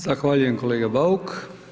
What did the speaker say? Zahvaljujem kolega Bauk.